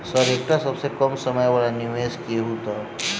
Sir एकटा सबसँ कम समय वला निवेश कहु तऽ?